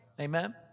amen